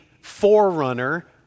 forerunner